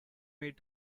made